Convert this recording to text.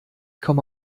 komme